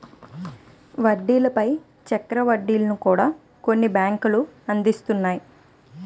వడ్డీల పై చక్ర వడ్డీలను కూడా కొన్ని బ్యాంకులు అందిస్తాయి